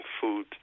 food